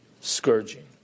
scourging